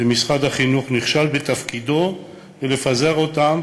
ומשרד החינוך נכשל בתפקידו לפזר אותם